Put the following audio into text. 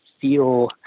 feel